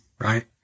Right